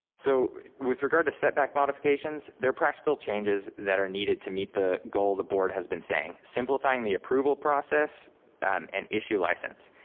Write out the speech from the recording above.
so with regard to setback modifications, there are practical changes that are needed to meet the goal the board has been saying simplifying the approval process and and issue license.